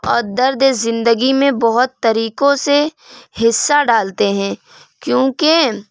اور دردِ زندگی میں بہت طریقوں سے حصہ ڈالتے ہیں کیونکہ